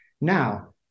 Now